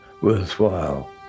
worthwhile